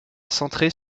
centré